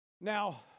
Now